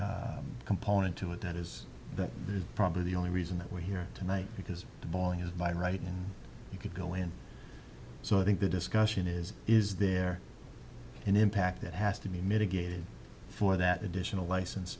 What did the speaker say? component to it that is probably the only reason that we're here tonight because the bowling is my right and you could go in so i think the discussion is is there an impact that has to be mitigated for that additional license